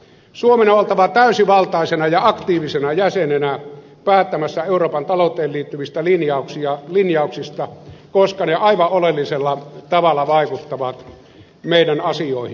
suomen on oltava täysivaltaisena ja aktiivisena jäsenenä päättämässä euroopan talouteen liittyvistä linjauksista koska ne aivan oleellisella tavalla vaikuttavat meidän asioihimme